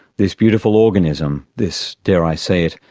this beautiful organism, this, dare i say it,